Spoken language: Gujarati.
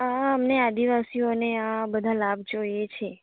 આ અમને આદિવાસીઓને આ બધા લાભ જોઈએ છે